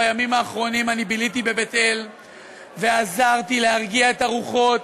בימים האחרונים אני ביליתי בבית-אל ועזרתי להרגיע את הרוחות.